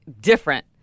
different